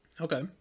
Okay